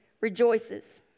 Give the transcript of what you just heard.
rejoices